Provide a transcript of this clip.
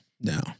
No